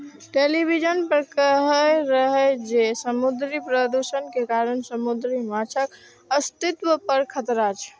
television पर कहै रहै जे समुद्री प्रदूषण के कारण समुद्री माछक अस्तित्व पर खतरा छै